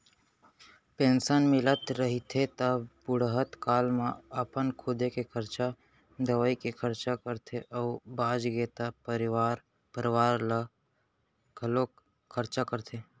pension मिलत रहिथे त बुड़हत काल म अपन खुदे के खरचा, दवई के खरचा करथे अउ बाचगे त परवार परवार बर घलोक खरचा करथे